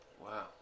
Wow